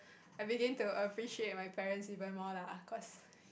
I begin to appreciate my parents even more lah cause